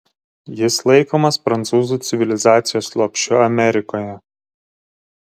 jis laikomas prancūzų civilizacijos lopšiu amerikoje